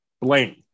blame